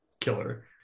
killer